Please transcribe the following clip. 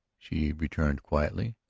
she returned quietly.